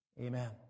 Amen